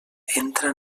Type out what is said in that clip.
entra